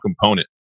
component